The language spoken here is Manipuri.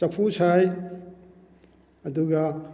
ꯆꯐꯨ ꯁꯥꯏ ꯑꯗꯨꯒ